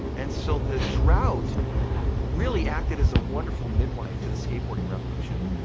and so the drought really acted as a wonderful midwife to the skateboarding revolution.